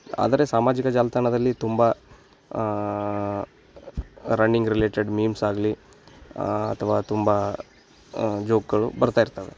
ಆದರೆ ಸಾಮಾಜಿಕ ಜಾಲತಾಣದಲ್ಲಿ ತುಂಬ ರಣ್ಣಿಂಗ್ ರಿಲೇಟೆಡ್ ಮೀಮ್ಸ್ ಆಗಲಿ ಅಥವಾ ತುಂಬ ಜೋಕ್ಗಳು ಬರ್ತಾ ಇರ್ತವೆ